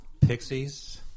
Pixies